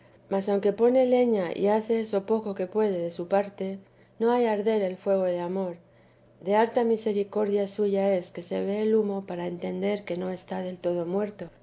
mas aunque pone leña y hace eso poco que puede de su parte no hay arder el fuego de amor de dios harta misericordia suya es que se ve el humo para entender que no está del todo